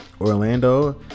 Orlando